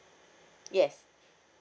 yes